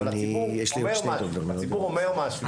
אבל הציבור אומר משהו.